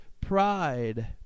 pride